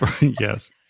yes